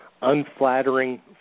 Unflattering